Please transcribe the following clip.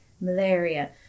malaria